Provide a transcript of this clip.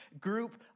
group